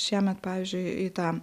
šiemet pavyzdžiui į tą